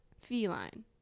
feline